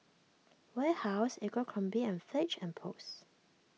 Warehouse Abercrombie and Fitch and Post